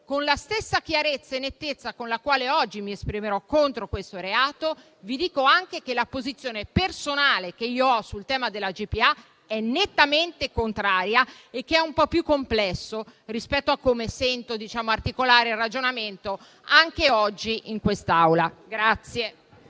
Con la stessa chiarezza e nettezza con la quale oggi mi esprimerò contro questo reato, vi dico anche che la posizione personale che ho sul tema della GPA è nettamente contraria e che il discorso è un po' più complesso rispetto a come sento articolare il ragionamento anche oggi in quest'Aula.